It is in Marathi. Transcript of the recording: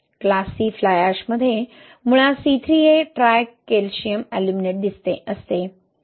क्लास सी फ्लाय ऍशमध्ये मुळात C3A ट्रायकेल्शियम अॅल्युमिनेट असते